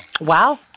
Wow